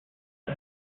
and